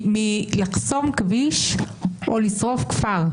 לחסום כביש או לשרוף כפר.